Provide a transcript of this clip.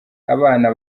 abana